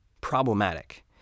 problematic